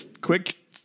quick